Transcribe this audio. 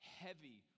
heavy